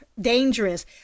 dangerous